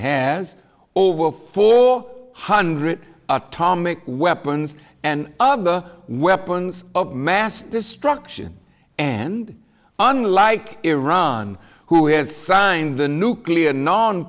has over four hundred atomic weapons and other weapons of mass destruction and unlike iran who has signed the nuclear non